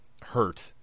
hurt